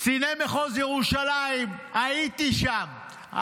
קציני מחוז ירושלים, הייתי שם.